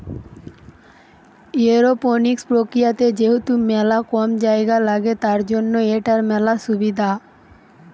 aeroponics প্রক্রিয়াতে যেহেতু মেলা কম জায়গা লাগে, তার জন্য এটার মেলা সুবিধা